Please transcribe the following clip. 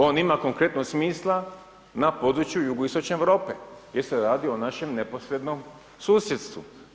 On ima konkretno smisla na području jugoistočne Europe jer se radi o našem neposrednom susjedstvu.